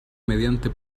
mediante